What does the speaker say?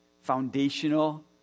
foundational